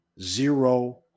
zero